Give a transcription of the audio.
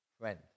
friend